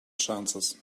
chances